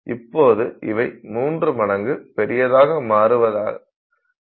இப்போது இவை மூன்று மடங்கு பெரிதாய் மாறுவதாக கருத்தில் கொள்வோம்